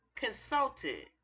consulted